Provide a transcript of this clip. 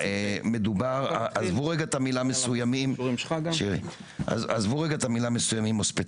עזבו רגע את המילה "מסוימים" או "ספציפיים".